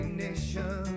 nation